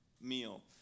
meal